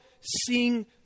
seeing